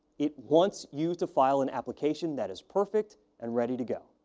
it wants you to file an application that is perfect and ready to go.